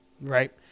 right